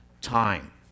time